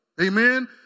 amen